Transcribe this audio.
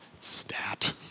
stat